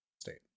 state